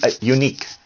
unique